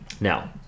Now